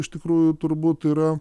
iš tikrųjų turbūt yra